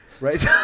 Right